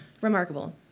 remarkable